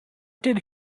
did